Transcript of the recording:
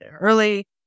early